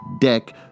deck